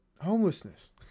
homelessness